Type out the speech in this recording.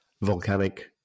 volcanic